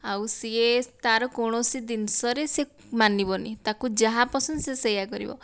ଆଉ ସିଏ ତା'ର କୌଣସି ଜିନିଷରେ ସେ ମାନିବନି ତାକୁ ଯାହା ପସନ୍ଦ ସେ ସେୟା କରିବ